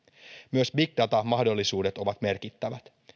myös big data mahdollisuudet ovat merkittävät